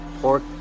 pork